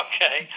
Okay